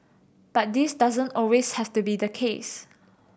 but this doesn't always have to be the case